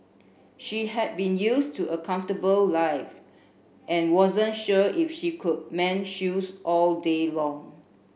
she had been used to a comfortable life and wasn't sure if she could mend shoes all day long